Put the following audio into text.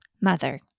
Mother